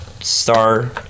Star